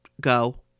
go